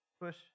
push